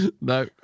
No